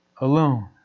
alone